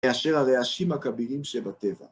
מאשר הרעשים הכבירים שבטבע.